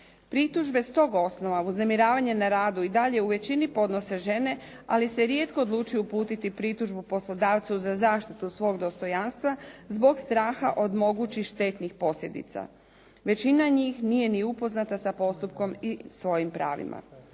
pritužbe s tog osnova uznemiravanja na radu i dalje u većini podnose žene, ali se rijetko odlučuju uputiti pritužbu poslodavcu za zaštitu svog dostojanstva zbog straha od mogućih štetnih posljedica. Većina njih nije ni upoznata sa postupkom i svojim pravima.